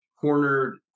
cornered